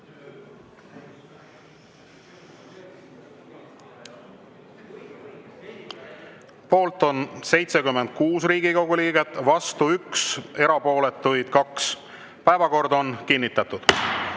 Poolt on 76 Riigikogu liiget, vastu 1, erapooletuid 2. Päevakord on kinnitatud. Nüüd,